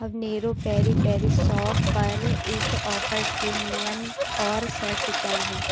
habanero peri peri सॉप पर इस ऑफ़र के नियम और शर्त क्या हैं